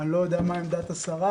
אני לא יודע מה עמדת השרה,